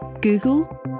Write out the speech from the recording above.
google